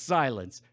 silence